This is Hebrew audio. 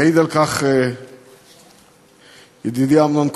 יעיד על כך ידידי אמנון כהן,